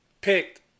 picked